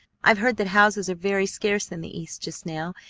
i've heard that houses are very scarce in the east just now,